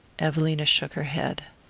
evelina shook her head.